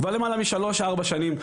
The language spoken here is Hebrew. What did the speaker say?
כבר למעלה משלוש ארבע שנים.